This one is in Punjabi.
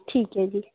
ਠੀਕ ਹੈ ਜੀ